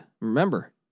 Remember